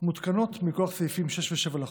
מותקנות מכוח סעיפים 6 ו-7 לחוק,